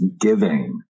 giving